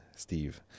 Steve